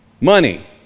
money